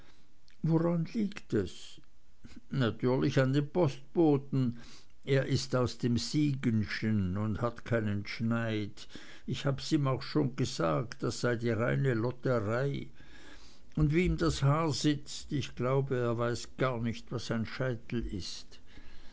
woran liegt es natürlich an dem postboten er ist aus dem siegenschen und hat keinen schneid ich hab's ihm auch schon gesagt das sei die reine lodderei und wie ihm das haar sitzt ich glaube er weiß gar nicht was ein scheitel ist